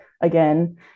again